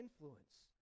influence